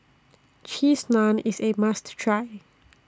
Cheese Naan IS A must Try